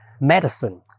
medicine